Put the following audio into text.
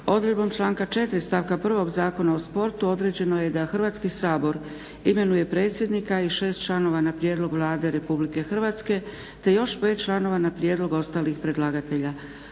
Odredbom članka 4. stavka prvog Zakona o sportu određeno je da Hrvatski sabor imenuje predsjednika i šest članova na prijedlog Vlade RH te još pet članova na prijedlog ostalih predlagatelja.